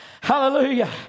hallelujah